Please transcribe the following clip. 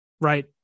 right